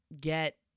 get